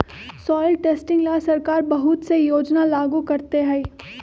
soil testing ला सरकार बहुत से योजना लागू करते हई